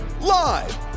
live